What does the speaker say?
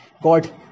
God